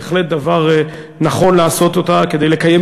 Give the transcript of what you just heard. זה בהחלט דבר נכון לעשות אותו כדי לקיים